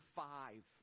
five